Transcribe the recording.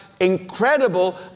incredible